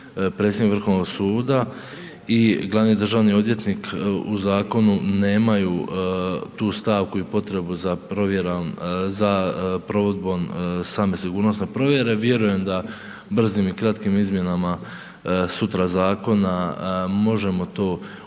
predsjednik Vrhovnog suda i glavni državni odvjetnik u zakonu nemaju tu stavku i potrebu za provjerom, za provedbom same sigurnosne provjere, vjerujem da brzim i kratkim izmjenama sutra zakona možemo to uvesti,